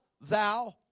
thou